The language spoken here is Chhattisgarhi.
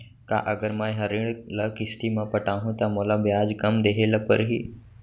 का अगर मैं हा ऋण ल किस्ती म पटाहूँ त मोला ब्याज कम देहे ल परही?